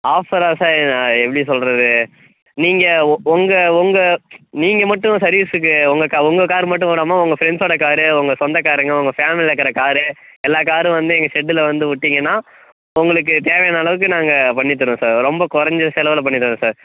ஆஃபரா sir எப்படி சொல்லுறது நீங்கள் உங்க உங்க நீங்கள் மட்டும் சர்வீஸ்க்கு உங்க கா உங்க கார் மட்டும் விடாம உங்க ஃப்ரெண்ட்ஸோட கார் உங்க சொந்தக்காரங்கள் உங்க ஃபேம்லில இருக்கிற கார் எல்லா காரும் வந்து எங்கள் செட்டுல வந்து விட்டிங்கன்னா உங்களுக்கு தேவையான அளவுக்கு நாங்கள் பண்ணித்தருவோம் சார் ரொம்ப கொறைஞ்ச செலவில் பண்ணித்தருவோம் சார்